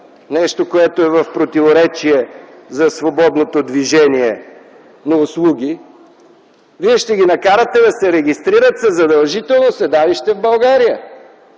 нещо, което е в противоречие със свободното движение на услуги. Вие ще ги накарате да се регистрират със задължително седалище в България.